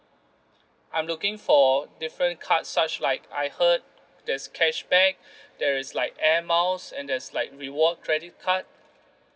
I'm looking for different cards such like I heard there's cashback there is like air miles and there's like reward credit card